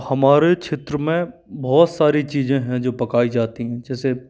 हमारे क्षेत्र में बहुत सारी चीज़ें हैं जो पकाई जाती हैं जैसे